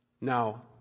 Now